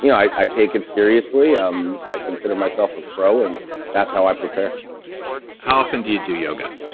yeah i i take it seriously. um i consider myself a pro and that's how i prepare how often do you do yoga?